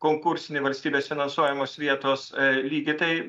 konkursinį valstybės finansuojamos vietos lygį tai